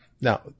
Now